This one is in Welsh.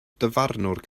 dyfarnwr